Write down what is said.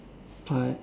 part